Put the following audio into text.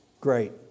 Great